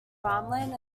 farmland